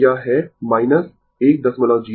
तो यह है 104 मिलिएम्पियर